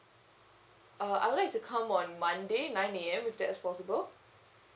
uh I would like to come on monday nine A_M if that's possible